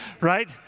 right